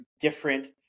different